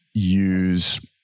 Use